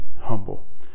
humble